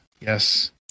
Yes